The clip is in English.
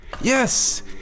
Yes